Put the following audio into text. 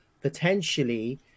potentially